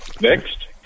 Next